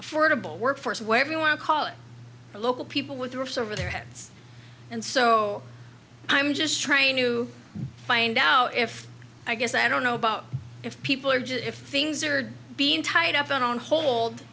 affordable workforce where we want to call it for local people with roofs over their heads and so i'm just trying to find out if i guess i don't know about if people are just if things are being tied up on hold